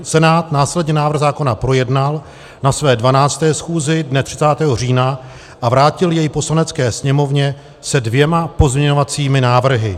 Senát následně návrh zákona projednal na své 12. schůzi dne 30. října a vrátil jej Poslanecké sněmovně se dvěma pozměňovacími návrhy.